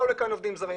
באו לכאן עובדים זרים,